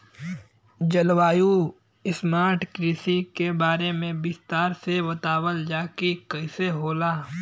जलवायु स्मार्ट कृषि के बारे में विस्तार से बतावल जाकि कइसे होला?